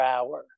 Hour